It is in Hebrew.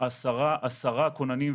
עשרה כוננים,